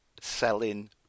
selling